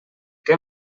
que